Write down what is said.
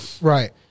right